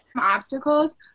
Obstacles